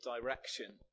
direction